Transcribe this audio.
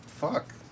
Fuck